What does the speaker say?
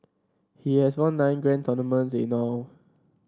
he has won nine grand tournaments in all